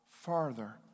farther